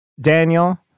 Daniel